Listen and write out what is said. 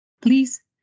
Please